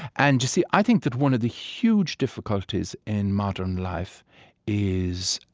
and you see, i think that one of the huge difficulties in modern life is